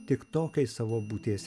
tik tokiais savo būties